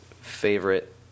favorite